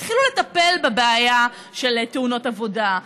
התחילו לטפל בבעיה של תאונות עבודה,